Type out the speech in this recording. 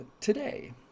today